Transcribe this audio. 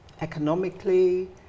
economically